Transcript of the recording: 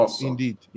indeed